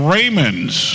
Raymonds